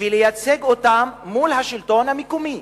ולייצג אותם בשלטון המקומי.